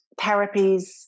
therapies